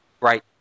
Right